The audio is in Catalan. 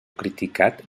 criticat